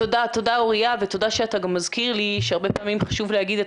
תודה אוריה ותודה שאתה גם מזכיר לי שהרבה פעמים חשוב להגיד את